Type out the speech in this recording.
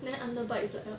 then underbite is like what